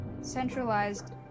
centralized